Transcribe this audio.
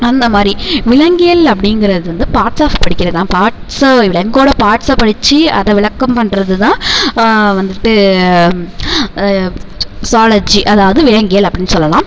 அந்த மாதிரி விலங்கியல் அப்படிங்கிறது வந்து பார்ட்ஸ் ஆஃப் படிக்கிறதுதான் பார்ட்ஸை விலங்கோட பார்ட்ஸை படிச்சு அதை விளக்கம் பண்ணுறதுதான் வந்துட்டு சுவாலஜி அதாவது விலங்கியல் அப்படின்னு சொல்லலாம்